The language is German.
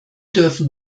dürfen